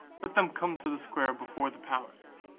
let them come to the square before the palace.